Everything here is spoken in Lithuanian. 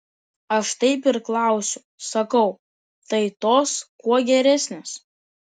aš taip ir klausiu sakau tai tos kuo geresnės